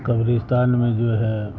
قبرستان میں جو ہے